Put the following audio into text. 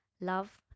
Love